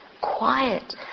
quiet